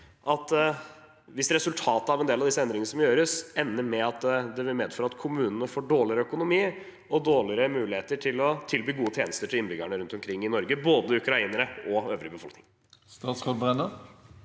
er hensiktsmessig at en del av de endringene som gjøres, kan medføre at kommunene får dårligere økonomi og dårligere muligheter til å tilby gode tjenester til innbyggerne rundt omkring i Norge, både ukrainere og øvrig befolkning. Statsråd Tonje